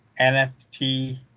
NFT